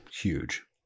huge